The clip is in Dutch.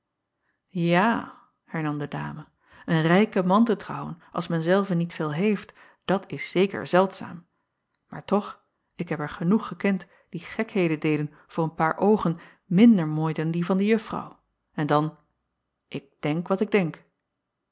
a hernam de dame een rijken man te trouwen als men zelve niet veel heeft dat is zeker zeldzaam maar toch ik heb er genoeg gekend die gekheden deden voor een paar oogen minder mooi dan die van de uffrouw n dan ik denk wat ik denk